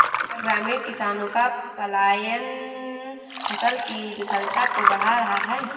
क्या ग्रामीण किसानों का पलायन फसल की विफलता को बढ़ा रहा है?